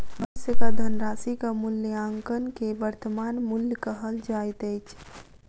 भविष्यक धनराशिक मूल्याङकन के वर्त्तमान मूल्य कहल जाइत अछि